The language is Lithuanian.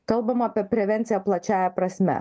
kalbama apie prevenciją plačiąja prasme